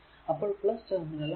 അപ്പോൾ ടെർമിനൽ ആണ്